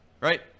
Right